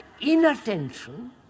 inattention